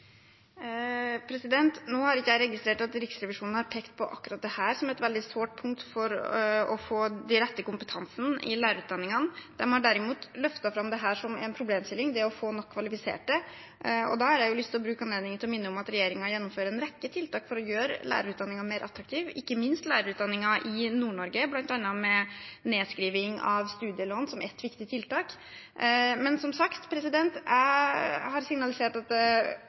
Nå har ikke jeg registrert at Riksrevisjonen har pekt på akkurat dette som et veldig sårt punkt for å få den rette kompetansen i lærerutdanningene. De har derimot løftet fram som en problemstilling det å få nok kvalifiserte. Da har jeg lyst til å bruke anledningen til å minne om at regjeringen gjennomfører en rekke tiltak for å gjøre lærerutdanningen mer attraktiv, ikke minst lærerutdanningen i Nord-Norge, bl.a. med nedskrivning av studielån som et siste tiltak. Men som sagt, jeg har signalisert at